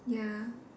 ya